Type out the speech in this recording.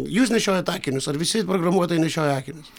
jūs nešiojat akinius ar visi programuotojai nešioja akinius